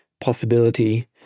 possibility